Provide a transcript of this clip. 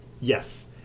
Yes